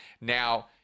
Now